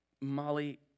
Molly